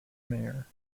mayor